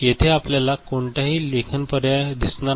येथे आपल्याला कोणताही लेखन पर्याय दिसणार नाही